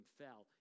fell